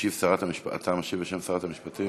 תשיב שרת המשפטים, אתה משיב בשם שרת המשפטים.